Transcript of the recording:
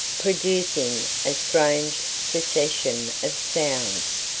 producing a strange succession of sounds,